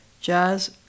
jazz